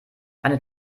eine